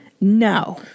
No